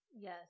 Yes